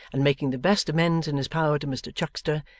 and making the best amends in his power to mr chuckster,